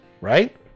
right